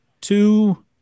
two